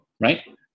right